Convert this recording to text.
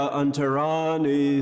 antarani